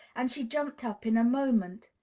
and she jumped up in a moment.